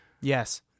Yes